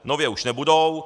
Nově už nebudou.